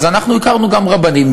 אז אנחנו הכרנו גם רבנים,